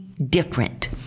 Different